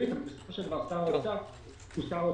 שר האוצר הוא אחר.